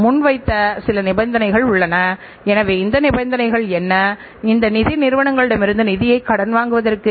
பின்னர் இது வேலை நடந்து கொண்டிருக்கின்ற பொருளாக தொழில் கூடத்திற்குள் உலாவருகிறது